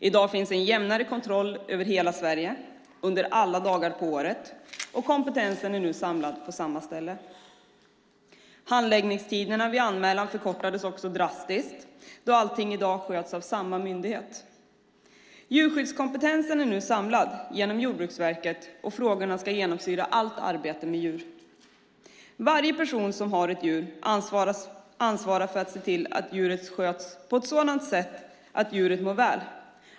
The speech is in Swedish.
I dag finns en jämnare kontroll över hela Sverige under alla dagar på året, och kompetensen är nu samlad på samma ställe. Handläggningstiderna vid anmälan förkortades också drastiskt, då allting i dag sköts av samma myndighet. Djurskyddskompetensen är nu samlad genom Jordbruksverket, och frågorna ska genomsyra allt arbete med djur. Varje person som har ett djur ansvarar för att se till att djuret sköts på ett sådant sätt att djuret mår väl.